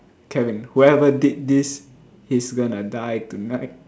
Kevin whoever did this is going to die tonight